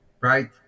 right